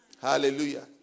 Hallelujah